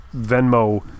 Venmo